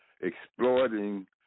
exploiting